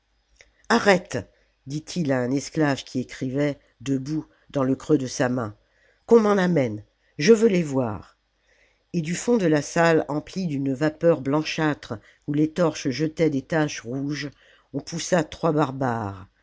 arrête dit ll à un esclave qui écrivait debout dans le creux de sa main qu'on m'en amène je veux les voir et du fond de la salle emplie d'une vapeur blanchâtre oii les torches jetaient des taches rouges on poussa trois barbares